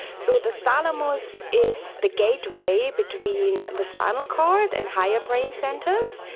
so the thalamus is the gateway between the spinal cord and higher brain centres.